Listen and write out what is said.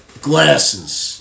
glasses